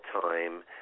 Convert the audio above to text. time